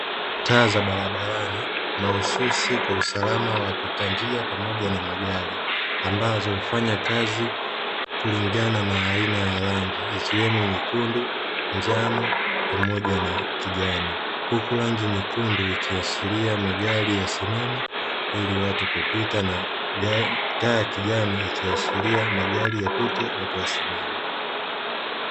Taa za barabarani mahususi kwa usalama wa wapita njia pamoja na magari ambazo hufanya kazi kulingana na aina ya rangi ikiwemo nyekundu, njano pamoja na kijani. Huku rangi nyekundu ikiashiria magari yasimame ili watu kupita na ta'a ya kijani ikiashiria magari yapite watu wasimame.